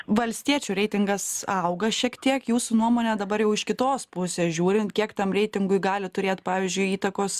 valstiečių reitingas auga šiek tiek jūsų nuomone dabar jau iš kitos pusės žiūrint kiek tam reitingui gali turėt pavyzdžiui įtakos